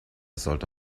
sollte